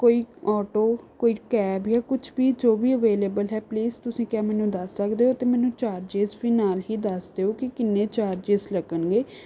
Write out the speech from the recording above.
ਕੋਈ ਆਟੋ ਕੋਈ ਕੈਬ ਜਾਂ ਕੁਛ ਵੀ ਜੋ ਵੀ ਅਵੇਲੇਵਲ ਹੈ ਪਲੀਜ਼ ਤੁਸੀਂ ਕਿਆ ਮੈਨੂੰ ਦੱਸ ਸਕਦੇ ਹੋ ਅਤੇ ਤੁਸੀਂ ਮੈਨੂੰ ਚਾਰਜਿਸ ਵੀ ਨਾਲ ਹੀ ਦੱਸ ਦਿਓ ਕਿ ਕਿੰਨੇ ਚਾਰਜਿਸ ਲੱਗਣਗੇ